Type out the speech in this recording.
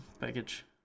package